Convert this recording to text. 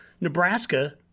Nebraska